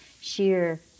sheer